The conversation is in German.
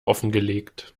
offengelegt